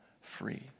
free